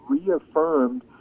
reaffirmed